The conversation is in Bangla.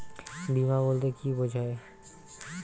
বিমা বলতে কি বোঝায়?